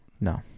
No